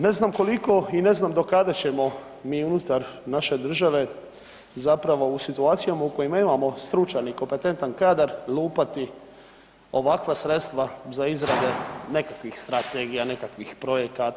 Ne znam koliko i ne znam do kada ćemo mi unutar naše države zapravo u situacijama u kojima imamo stručan i kompetentan kadar lupati ovakva sredstva za izrade nekakvih strategija, nekakvih projekata.